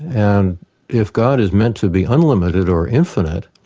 and if god is meant to be unlimited, or infinite,